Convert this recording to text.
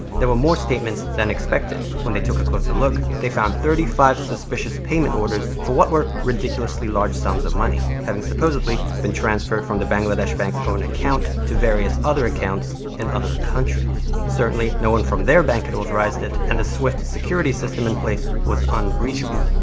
there were more statements than expected. when they took a closer look, they found thirty five suspicious payment orders for what were ridiculously large sums of money. having supposedly been transferred from the bangladesh bank's own account to various other accounts in other countries. certainly, no one from their bank had authorized it and the swift security system in place was unbreachable.